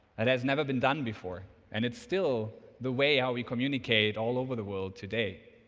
that's never been done before and it's still the way how we communicate all over the world today.